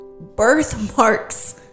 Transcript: birthmarks